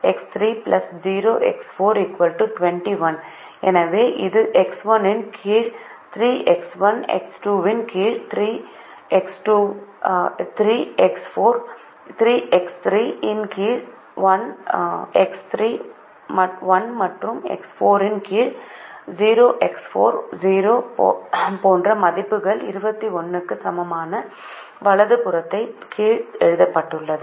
எனவே இது X1 இன் கீழ் 3X1 X2 இன் கீழ் 3X2 3 X3 இன் கீழ் 1X31 மற்றும் X4 இன் கீழ் 0X4 0 போன்ற மதிப்புகள் 21 க்கு சமமாக வலது புறத்தின் கீழ் எழுதப்பட்டுள்ளது